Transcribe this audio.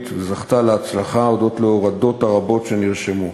וזכתה להצלחה הודות להורדות הרבות שנרשמו.